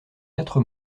quatre